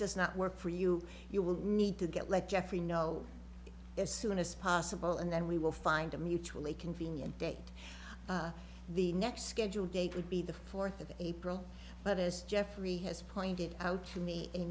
does not work for you you will need to get like jeffrey know as soon as possible and then we will find a mutually convenient date the next scheduled date would be the fourth of april but as jeffrey has pointed out to me a